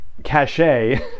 cachet